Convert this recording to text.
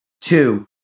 Two